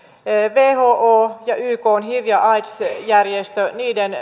whon ja ykn hiv ja aids järjestön